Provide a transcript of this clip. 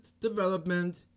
development